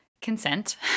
consent